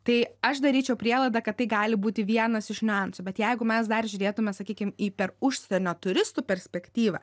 tai aš daryčiau prielaidą kad tai gali būti vienas iš niuansų bet jeigu mes dar žiūrėtume sakykim į per užsienio turistų perspektyvą